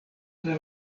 tra